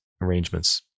arrangements